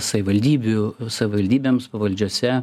savivaldybių savivaldybėms pavaldžiose